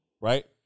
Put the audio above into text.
right